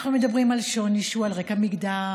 אנחנו מדברים על שוני שהוא על רקע מגדר,